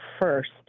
first